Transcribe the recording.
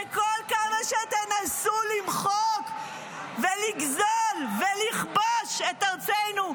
וכל כמה שתנסו למחוק ולגזול ולכבוש את ארצנו,